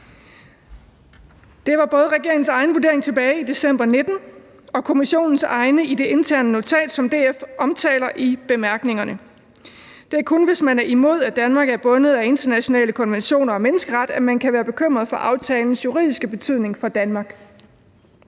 Det var både regeringens egen vurdering tilbage i december 2019 og Kommissionens vurdering i det interne notat, som DF omtaler i bemærkningerne. Det er kun, hvis man er imod, at Danmark er bundet af internationale konventioner om menneskerettigheder, at man kan være bekymret for aftalens juridiske betydning for Danmark.